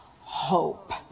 hope